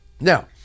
Now